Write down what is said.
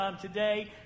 today